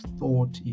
thought